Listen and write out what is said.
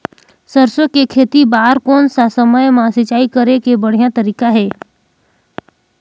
सरसो के खेती बार कोन सा समय मां सिंचाई करे के बढ़िया तारीक हे?